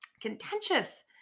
contentious